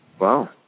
Wow